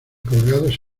colgados